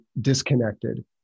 disconnected